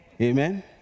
Amen